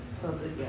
public